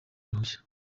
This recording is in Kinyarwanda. uruhushya